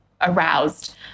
aroused